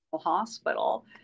Hospital